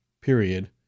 period